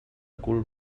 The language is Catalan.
cul